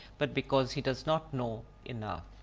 but because he does not know enough.